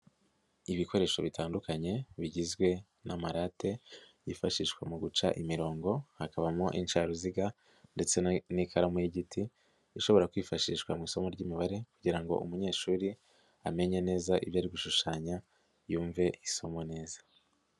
Ibikoresho bitandukanye bigizwe n'amarate yifashishwa mu guca imirongo, hakabamo incaruziga ndetse n'ikaramu y'igiti ishobora kwifashishwa mu isomo ry'imibare kugira ngo umunyeshuri amenye neza ibyo ari gushushanya yumve isomo neza.